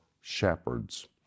shepherds